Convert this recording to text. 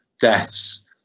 deaths